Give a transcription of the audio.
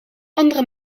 andere